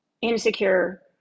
Insecure